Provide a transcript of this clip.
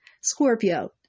Scorpio